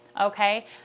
Okay